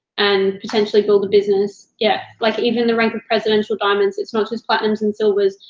and potentially build a business, yeah. like even in the rank of presidential diamonds, it's not just platinums and silvers,